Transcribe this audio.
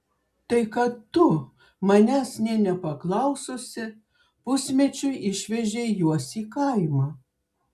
tai kad tu manęs nė nepaklaususi pusmečiui išvežei juos į kaimą